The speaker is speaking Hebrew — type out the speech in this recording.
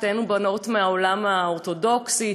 שתינו באות מהעולם האורתודוקסי,